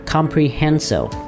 Comprehensive